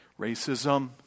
Racism